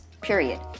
period